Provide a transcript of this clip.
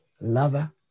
lover